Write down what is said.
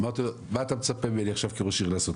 אמרתי לו, מה אתה מצפה ממני עכשיו כראש עיר לעשות?